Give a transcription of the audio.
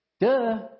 Duh